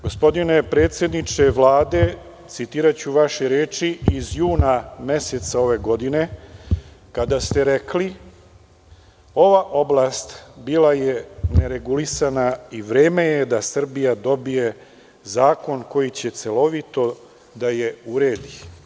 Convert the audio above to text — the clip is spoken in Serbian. Gospodine predsedniče Vlade, citiraću vaše reči iz juna meseca ove godine, kada ste rekli – ova oblast bila je neregulisana i vreme je da Srbija dobije zakon koji će celovito da je uredi.